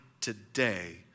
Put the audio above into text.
today